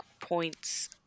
points